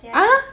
!huh!